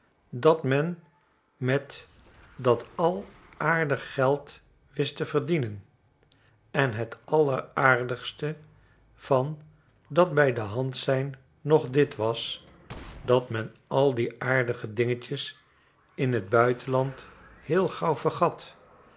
dat men met dat al aardig geld wist te verdienen en het alleraardigste van dat bij de hand zijn nog dit was dat men al die aardige dingetjes in t buitenland heel gauw vergat